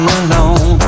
alone